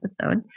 episode